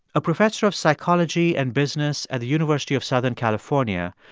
a professor of psychology and business at the university of southern california,